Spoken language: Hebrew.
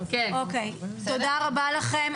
תודה רבה לכם.